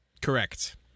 Correct